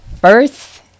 first